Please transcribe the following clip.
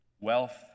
wealth